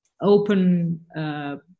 open